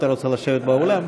אתה רוצה לשבת באולם?